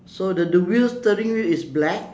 so the the wheel steering wheel is black